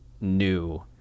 new